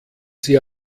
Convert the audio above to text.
sie